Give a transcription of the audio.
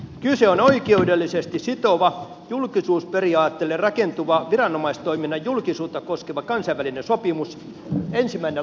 kyseessä on oikeudellisesti sitova julkisuusperiaatteelle rakentuva viranomaistoiminnan julkisuutta koskeva kansainvälinen sopimus ensimmäinen laatuaan